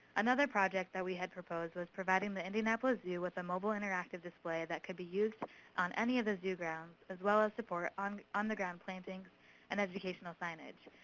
another project that we had proposed was providing the indianapolis zoo with a mobile interactive display that could be used on any of the zoo grounds, as well as support on on the ground plantings and educational signage.